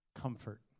comfort